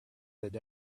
that